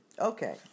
Okay